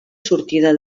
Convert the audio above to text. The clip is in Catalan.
sortida